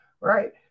Right